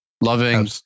loving